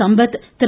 Sampath Thiru